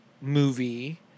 movie